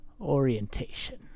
orientation